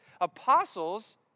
apostles